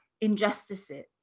injustices